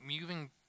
moving